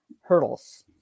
hurdles